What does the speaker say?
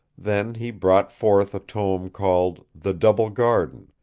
then he brought forth a tome called the double garden,